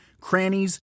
crannies